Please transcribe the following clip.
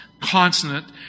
consonant